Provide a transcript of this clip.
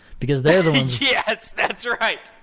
because they're the ones yes. that's right.